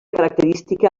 característica